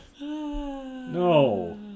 no